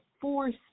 force